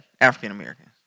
African-Americans